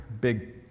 big